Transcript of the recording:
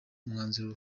umwanzuro